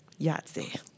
Yahtzee